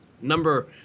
number